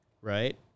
right